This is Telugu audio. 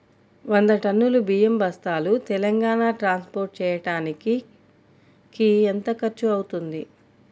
వంద టన్నులు బియ్యం బస్తాలు తెలంగాణ ట్రాస్పోర్ట్ చేయటానికి కి ఎంత ఖర్చు అవుతుంది?